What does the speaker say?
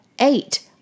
Eight